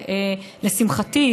לשמחתי,